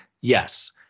Yes